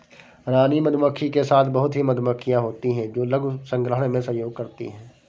रानी मधुमक्खी के साथ बहुत ही मधुमक्खियां होती हैं जो मधु संग्रहण में सहयोग करती हैं